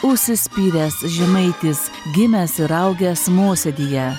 užsispyręs žemaitis gimęs ir augęs mosėdyje